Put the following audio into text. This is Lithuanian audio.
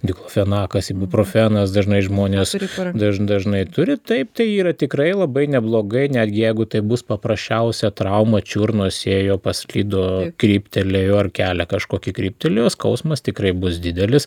diklofenakas ibuprofenas dažnai žmonės daž dažnai turi taip tai yra tikrai labai neblogai netgi jeigu tai bus paprasčiausia trauma čiurnos ėjo paslydo kryptelėjo ar kelią kažkokį kryptelėjo skausmas tikrai bus didelis